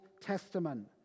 Testament